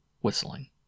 whistling